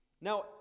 Now